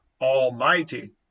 Almighty